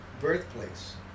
birthplace